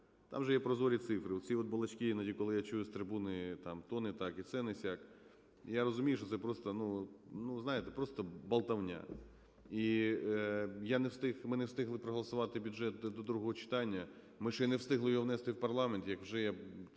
там же є прозорі цифри. Оці от балачки іноді, коли я чую з трибуни там, то не так, і це не сяк, я розумію, що це просто… ну, знаєте, просто болтовня. І я не встиг, ми не встигли проголосувати бюджет до другого читання, ми ще не встигли внести його в парламент, як вже я